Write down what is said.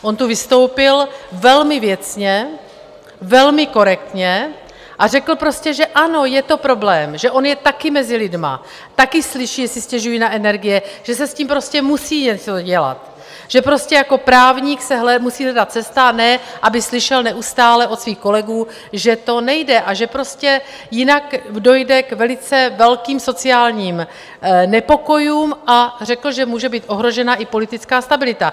On tu vystoupil velmi věcně, velmi korektně a řekl prostě, že ano, je to problém, že on je také mezi lidmi, také slyší, že si stěžují na energie, že se s tím prostě musí něco dělat, že prostě jako právník se musí hledat cesta, a ne aby slyšel neustále od svých kolegů, že to nejde, a že prostě jinak dojde k velice velkým sociálním nepokojům, a řekl, že může být ohrožena i politická stabilita.